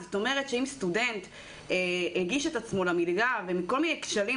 הכוונה שאם סטודנט הגיש את עצמו למלגה ובגלל כל מיני כשלים